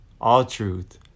all-truth